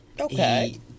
Okay